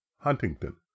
Huntington